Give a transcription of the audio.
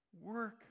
Work